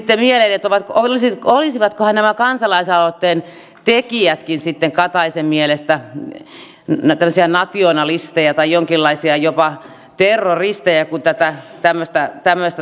tuli sitten mieleen olisivatkohan nämä kansalaisaloitteen tekijätkin sitten kataisen mielestä tämmöisiä nationalisteja tai jonkinlaisia jopa terroristeja kun tätä tämmöistä kirjoitusta katsoo